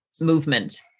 movement